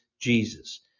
Jesus